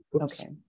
Okay